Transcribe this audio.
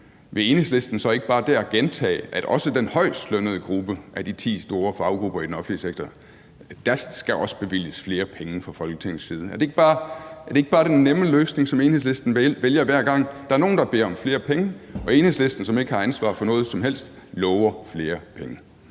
vil Enhedslisten så ikke bare der gentage, at også den højstlønnede gruppe af de ti store faggrupper i den offentlige sektor skal der bevilges flere penge til fra Folketingets side? Er det ikke bare den nemme løsning, som Enhedslisten vælger hver gang, altså at der er nogle, der beder om flere penge, og Enhedslisten, som ikke har ansvar for noget som helst, lover flere penge?